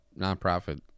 nonprofit